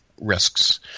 risks